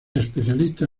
especialista